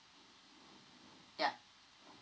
yup